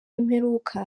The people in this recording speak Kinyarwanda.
y’imperuka